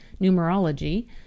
numerology